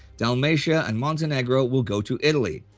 dalmatia, and montenegro will go to italy,